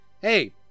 Hey